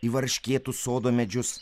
į varškėtų sodo medžius